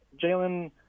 Jalen